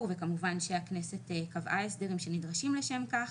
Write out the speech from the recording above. וכמובן שהכנסת קבעה הסדרים שנדרשים לשם כך.